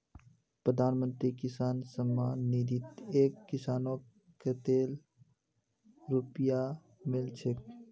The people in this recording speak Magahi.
प्रधानमंत्री किसान सम्मान निधित एक किसानक कतेल रुपया मिल छेक